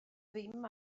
ddim